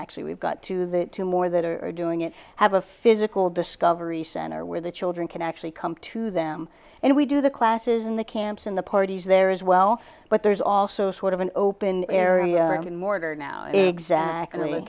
actually we've got to the two more that are doing it have a physical discovery center where the children can actually come to them and we do the classes in the camps in the parties there as well but there's also sort of an open area in mordor now exactly